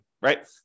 right